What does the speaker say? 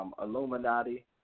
Illuminati